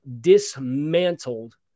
dismantled